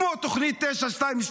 כמו: תוכנית 922,